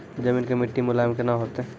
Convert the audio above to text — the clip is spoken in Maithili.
जमीन के मिट्टी मुलायम केना होतै?